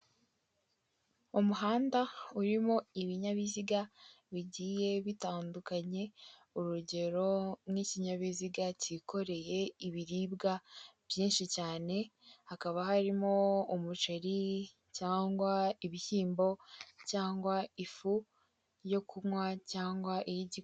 Umuhanda urimo ibinyabiziga bigiye bitandukanye, urugero nk'ikinyabiziga cyikoreye ibiribwa byinshi cyane, hakaba harimo umuceri cyangwa ibishyimbo cyangwa ifu yo kunywa cyangwa iy'igi